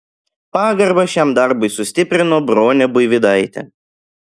pagarbą šiam darbui sustiprino bronė buivydaitė